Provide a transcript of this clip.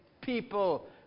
people